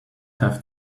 have